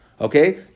Okay